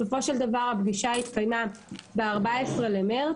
בסופו של דבר, הפגישה התקיימה ב-14 במרץ,